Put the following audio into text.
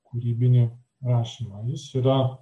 kūrybinį rašymą jis yra